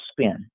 spin